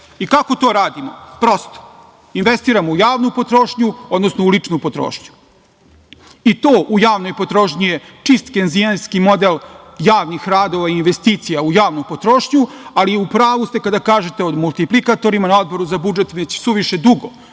veći. Kako to radimo? Prosto. Investiramo u javnu potrošnju, odnosno u ličnu potrošnju. To u javnoj potrošnji je čist kenzijanski model javnih radova i investicija u javnu potrošnju, ali u pravu ste kada kažete o multiplikatorima na Odboru za budžet već suviše dugo,